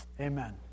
amen